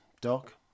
Doc